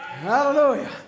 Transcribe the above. hallelujah